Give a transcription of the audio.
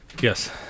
Yes